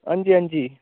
हां जी हां जी